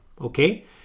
okay